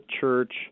Church